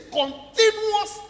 continuous